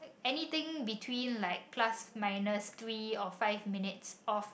anything between like plus minus three or five minutes of